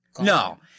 No